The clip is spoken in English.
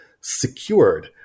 secured